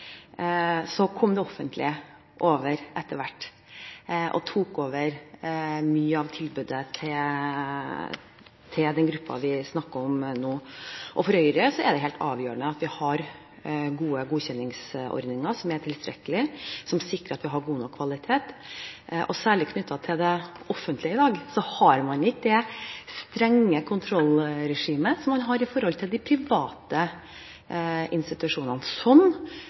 Så kom det offentlige inn etter hvert, og tok over mye av tilbudet til den gruppen vi snakker om nå. For Høyre er det helt avgjørende at vi har gode godkjenningsordninger, som er tilstrekkelige, og som sikrer at vi har god nok kvalitet. Når det gjelder særlig det offentlige, har man i dag ikke det strenge kontrollregimet som man har for de private institusjonene. Sånn